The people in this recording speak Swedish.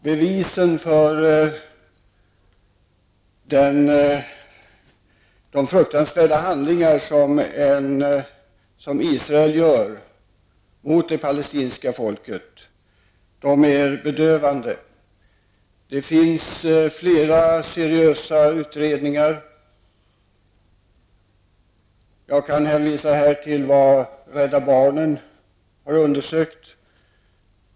Bevisen för de fruktansvärda handlingar som Israel gör sig skyldig till mot det palestinska folket är bedövande. Det finns flera seriösa utredningar, och jag kan här hänvisa till Rädda barnens undersökning.